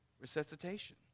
resuscitation